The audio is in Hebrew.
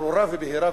ברורה ובהירה,